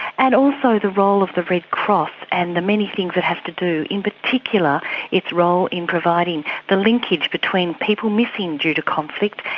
and also the role of the red cross and the many things that have to do, in particular its role in providing the linkage between people missing due to conflict,